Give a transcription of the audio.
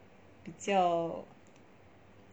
比较